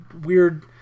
weird